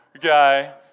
guy